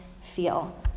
feel